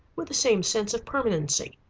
with the same sense of permanency.